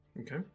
Okay